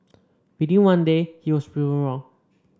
within one day he was proven wrong